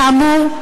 כאמור,